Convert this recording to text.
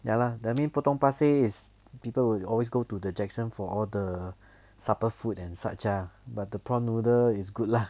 ya lah that mean potong pasir is people will always go to the jackson for all the supper food and such ah but the prawn noodle is good lah